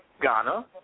Ghana